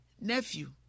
nephew